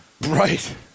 Right